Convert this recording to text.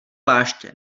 pláště